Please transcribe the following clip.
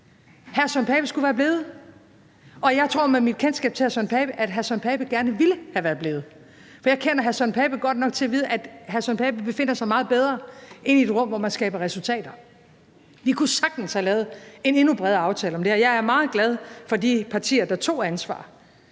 Hr. Søren Pape Poulsen skulle være blevet, og jeg tror med mit kendskab til hr. Søren Pape Poulsen, at hr. Søren Pape Poulsen gerne ville være blevet, for jeg kender hr. Søren Pape Poulsen godt nok til at vide, at hr. Søren Pape Poulsen befinder sig meget bedre inde i et rum, hvor man skaber resultater. Vi kunne sagtens have lavet en endnu bredere aftale om det her. Jeg er meget glad for de partier, der tog ansvar.